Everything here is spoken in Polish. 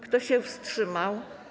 Kto się wstrzymał?